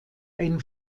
ein